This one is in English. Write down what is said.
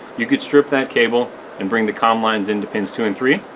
you could strip that cable and bring the comm lines into pins two and three,